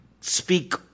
speak